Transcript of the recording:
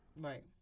Right